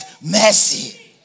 mercy